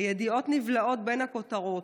הידיעות נבלעות בין הכותרות.